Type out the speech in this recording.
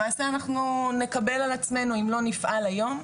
למעשה אנחנו נקבל על עצמנו אם לא נפעל היום,